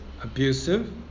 abusive